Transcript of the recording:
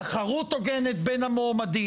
הוא צריך לדבר על תחרות הוגנת בין המועמדים,